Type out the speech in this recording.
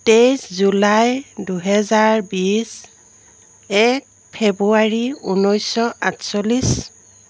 তেইছ জুলাই দুহেজাৰ বিছ এক ফেব্ৰুৱাৰী ঊনৈছশ আঠচল্লিছ